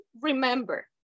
remember